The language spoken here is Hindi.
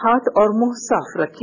हाथ और मुंह साफ रखें